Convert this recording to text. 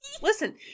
listen